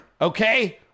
okay